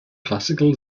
classical